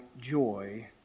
joy